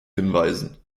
hinweisen